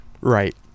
Right